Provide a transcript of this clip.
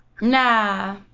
nah